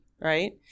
right